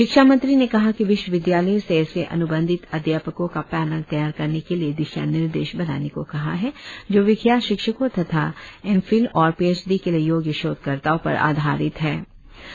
शिक्षा मंत्री ने कहा कि विश्वविद्यालयों से ऐसे अनुबंधित अध्यापकों का पैनल तैयार करने के लिए दिशा निर्देश बनाने को कहा है जो विख्यात शिक्षकों तथा एम फिल और पीएचडी के लिए योग्य शोधकर्ताओं पर आधारित हों